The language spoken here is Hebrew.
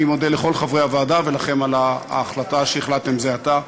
אני מודה לכל חברי הוועדה ולכם על ההחלטה שהחלטתם זה עתה.